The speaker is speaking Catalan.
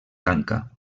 tanca